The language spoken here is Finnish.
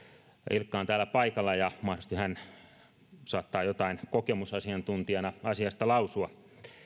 ilkka on täällä paikalla ja hän mahdollisesti saattaa jotain kokemusasiantuntijana asiasta lausua